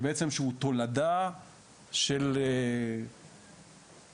שבעצם הוא תולדה של המתחדשות,